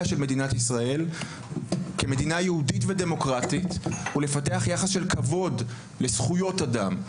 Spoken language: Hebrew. של מדינת ישראל כמדינה יהודית ודמוקרטית ולפתח יחס של כבוד לזכויות אדם,